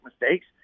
mistakes